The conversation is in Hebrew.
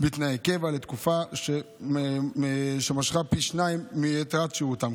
בתנאי קבע, לתקופה שמשכה פי שניים מיתרת שירותם.